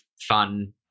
fun